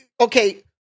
Okay